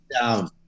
down